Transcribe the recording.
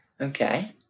Okay